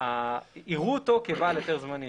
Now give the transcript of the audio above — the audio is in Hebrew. יראו אותו כבעל היתר זמני.